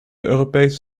europese